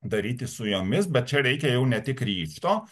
daryti su jomis bet čia reikia jau ne tik ryžto